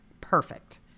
perfect